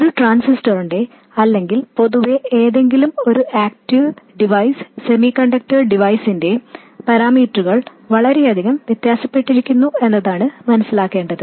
ഒരു ട്രാൻസിസ്റ്ററിന്റെ അല്ലെങ്കിൽ പൊതുവേ ഏതെങ്കിലും ഒരു ആക്ടിവ് ഡിവൈസ് സെമികണ്ടക്ടർ ഡിവൈസിന്റെ പാരാമീറ്ററുകൾ വളരെയധികം വ്യത്യാസപ്പെട്ടിരിക്കുന്നു എന്നതാണ് മനസിലാക്കേണ്ടത്